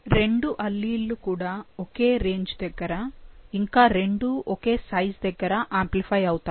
రెండు అల్లీల్ లు కూడా ఒకే రేంజ్ దగ్గర ఇంకా రెండు ఒకే సైజు దగ్గర ఆంప్లిఫై అవుతాయి